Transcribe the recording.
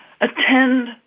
attend